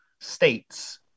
states